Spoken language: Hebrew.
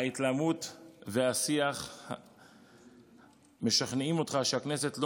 ההתלהמות והשיח משכנעים אותך שהכנסת לא